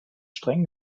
streng